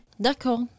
D'accord